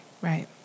right